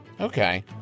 Okay